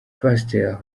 pastor